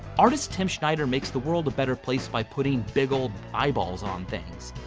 artist tim schneider makes the world a better place by putting big old eyeballs on things.